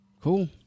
Cool